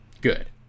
Good